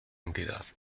entidad